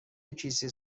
کیسه